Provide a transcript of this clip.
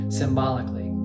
symbolically